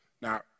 Now